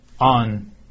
on